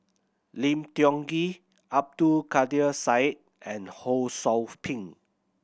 Lim Tiong Ghee Abdul Kadir Syed and Ho Sou Ping